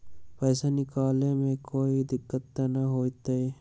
पैसा निकाले में कोई दिक्कत त न होतई?